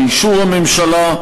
באישור הממשלה,